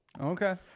Okay